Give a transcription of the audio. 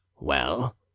Well